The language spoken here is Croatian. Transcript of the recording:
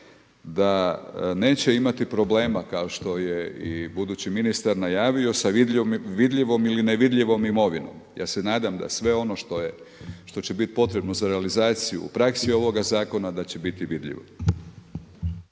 da neće imati problema kao što je i budući ministar najavio sa vidljivom ili nevidljivom imovinom. Ja se nadam da sve ono što će biti potrebno za realizaciju u praksi ovog zakona da će biti vidljivo.